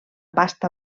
pasta